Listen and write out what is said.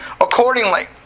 accordingly